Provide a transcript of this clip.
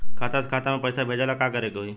खाता से खाता मे पैसा भेजे ला का करे के होई?